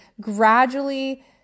gradually